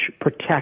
protect